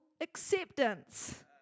acceptance